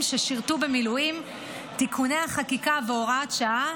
ששירתו במילואים (תיקוני החקיקה והוראת שעה),